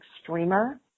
streamer